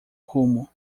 rumo